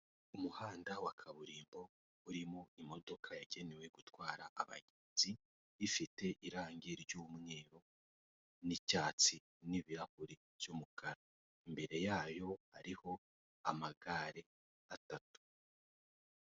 Umuhanda wa kaburimbo urimo imodoka yagenewe gutwara abagenzi ifite irange ry'umweru n'icyatsi n'ibirahure by'umukara, imbere yayo hariho amagare atatu.